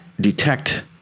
detect